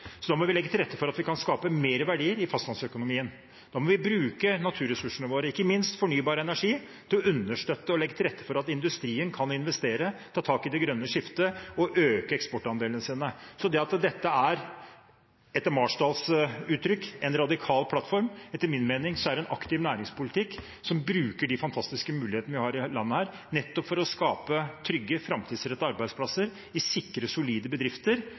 Så da må vi legge til rette for at vi kan skape mer verdier i fastlandsøkonomien. Da må vi bruke naturressursene våre, ikke minst fornybar energi, til å understøtte og legge til rette for at industrien kan investere, ta tak i det grønne skiftet og øke eksportandelene sine. Så til at dette er, etter Marsdals uttrykk, en radikal plattform: Etter min mening er dette en aktiv næringspolitikk som bruker de fantastiske mulighetene vi har her i landet, nettopp for å skape trygge, framtidsrettede arbeidsplasser i sikre, solide bedrifter,